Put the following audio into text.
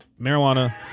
marijuana